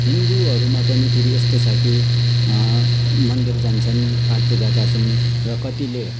हिन्दूहरूमा पनि फेरि यस्तो छ कि मन्दिर जान्छन् पाठ पूजा गर्छन् र कतिले